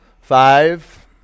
Five